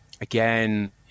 Again